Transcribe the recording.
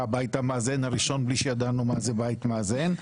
הבית המאזן הראשון מבלי שידענו שזה בית מאזן.